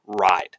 ride